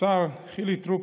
השר חילי טרופר,